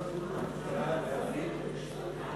ויעקב אשר,